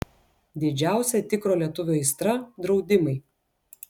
didžiausia tikro lietuvio aistra draudimai